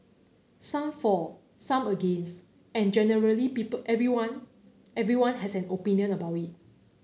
some for some against and generally people everyone everyone has an opinion about it